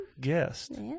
guest